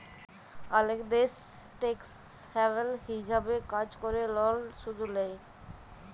অলেক দ্যাশ tax haven হিছাবে কাজ ক্যরে লন শুধ লেই